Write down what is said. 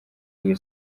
iyo